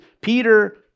Peter